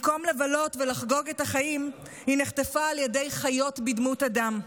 במקום לבלות ולחגוג את החיים היא נחטפה על ידי חיות בדמות אדם.